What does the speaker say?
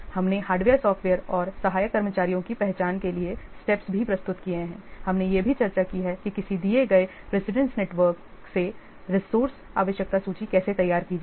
हमने hardware software और सहायक कर्मचारियों की पहचान के लिए स्टेप्स भी प्रस्तुत किए हैं हमने यह भी चर्चा की है कि किसी दिए गए प्रेसिडेंस नेटवर्क से संसाधन आवश्यकता सूची कैसे तैयार की जाए